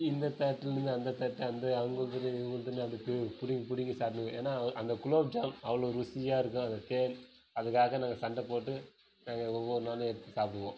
இந்த தட்டுலிருந்து அந்த தட்டு அந்த அவங்களுதுன்னு இவங்களுதுன்னு அப்படி பிடுங்கி பிடுங்கி சாப்பிடுவோம் ஏன்னா அந்த குலோப்ஜாம் அவ்வளோ ருசியாக இருக்கும் அந்த தேன் அதுக்காக நாங்கள் சண்டை போட்டு நாங்கள் ஒவ்வொரு நாளும் எடுத்து சாப்பிடுவோம்